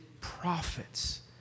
prophets